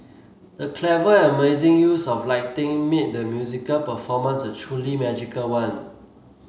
the clever and amazing use of lighting made the musical performance a truly magical one